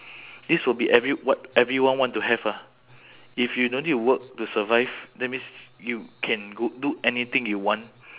this will be every~ what everyone want to have ah if you don't need to work to survive that means you can go do anything you want